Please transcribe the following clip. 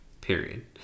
Period